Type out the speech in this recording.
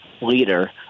leader